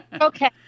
Okay